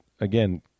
Again